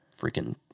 freaking